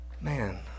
Man